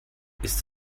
ist